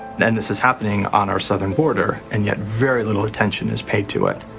and and this is happening on our southern border and yet very little attention is paid to it.